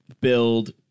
build